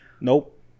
Nope